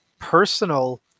personal